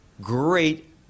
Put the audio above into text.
great